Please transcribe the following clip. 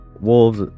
wolves